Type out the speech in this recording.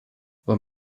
aber